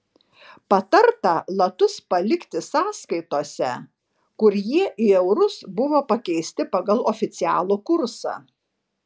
patarta latus palikti sąskaitose kur jie į eurus buvo pakeisti pagal oficialų kursą